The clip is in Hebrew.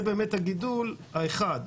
זה באמת הגידול האחד.